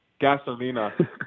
Gasolina